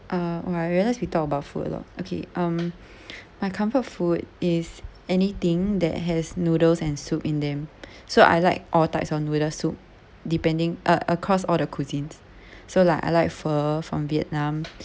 uh !wah! I realise we talk about food a lot okay um my comfort food is anything that has noodles and soup in them so I like all types of noodle soup depending uh across all the cuisines so like I like pho from vietnam